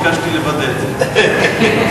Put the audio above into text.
ביקשתי לוודא את זה.